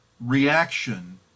reaction